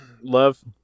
Love